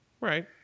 Right